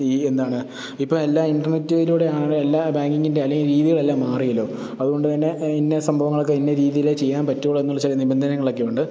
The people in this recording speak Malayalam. ഈ എന്താണ് ഇപ്പോൾ എല്ലാ ഇൻറ്റർനെറ്റിലൂടെയാണ് എല്ലാ ബാങ്കിങ്ങിൻ്റെ അല്ലെങ്കിൽ രീതികളെല്ലാം മാറിയല്ലോ അതു കൊണ്ടു തന്നെ ഇന്ന സംഭവങ്ങളൊക്കെ ഇന്ന രീതിയിലെ ചെയ്യാൻ പറ്റുകയുള്ളൂയെന്നുള്ള ചില നിബന്ധനകളൊക്കെയുണ്ട്